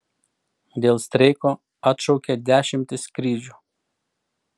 dėl streiko atšaukia dešimtis skrydžių